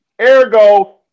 Ergo